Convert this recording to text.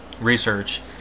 research